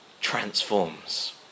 transforms